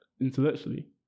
intellectually